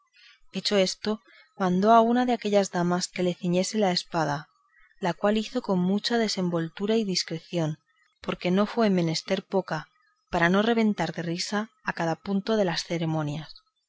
rezaba hecho esto mandó a una de aquellas damas que le ciñese la espada la cual lo hizo con mucha desenvoltura y discreción porque no fue menester poca para no reventar de risa a cada punto de las ceremonias